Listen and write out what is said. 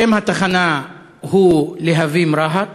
שם התחנה הוא "להבים רהט",